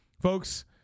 folks